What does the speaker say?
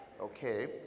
Okay